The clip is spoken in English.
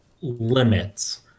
limits